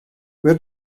where